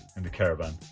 in the caravan